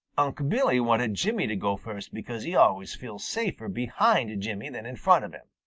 unc' billy wanted jimmy to go first because he always feels safer behind jimmy than in front of him.